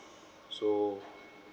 so